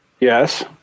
Yes